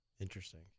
Interesting